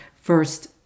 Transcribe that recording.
first